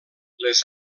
les